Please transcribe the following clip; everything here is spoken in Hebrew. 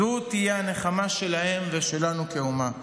זו תהיה הנחמה שלהם ושלנו כאומה.